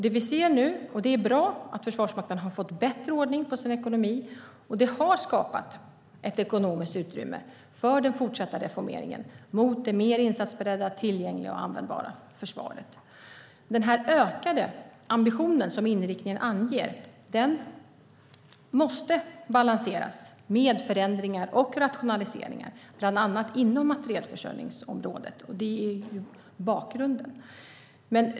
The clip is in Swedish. Det vi ser nu - och det är bra - är att Försvarsmakten har fått bättre ordning på sin ekonomi. Det har skapat ett ekonomiskt utrymme för den fortsatta reformeringen mot det mer insatsberedda, tillgängliga och användbara försvaret. Den ökade ambition som inriktningen anger måste balanseras med förändringar och rationaliseringar, bland annat inom materielförsörjningsområdet. Det är bakgrunden.